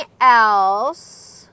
else